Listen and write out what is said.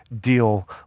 deal